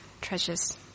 treasures